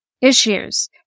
issues